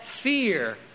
fear